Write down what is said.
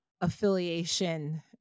affiliation